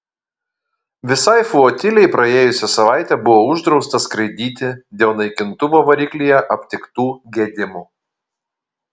visai flotilei praėjusią savaitę buvo uždrausta skraidyti dėl naikintuvo variklyje aptiktų gedimų